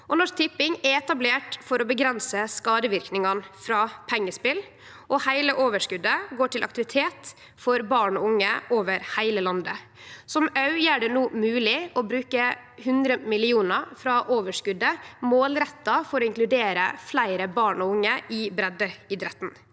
Norsk Tipping er etablert for å avgrense skadeverknadene frå pengespel, og heile overskotet går til aktivitet for barn og unge over heile landet, noko som òg gjer det mogleg no å bruke 100 mill. kr frå overskotet målretta for å inkludere fleire barn og unge i breiddeidretten.